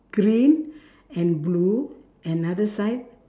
green and blue another side